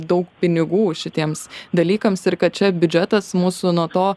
daug pinigų šitiems dalykams ir kad čia biudžetas mūsų nuo to